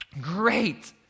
great